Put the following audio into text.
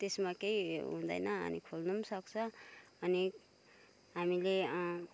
त्यसमा केही हुँदैन अनि खोल्नु पनि सक्छ अनि हामीले